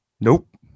Nope